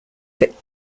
but